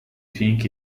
think